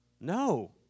No